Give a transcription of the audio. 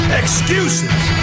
excuses